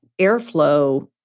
airflow